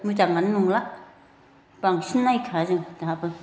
मोजाङानो नंला बांसिन नायखाया जों दाबो